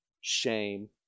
shame